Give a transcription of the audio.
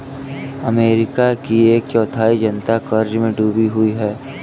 America की एक चौथाई जनता क़र्ज़ में डूबी हुई है